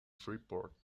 freeport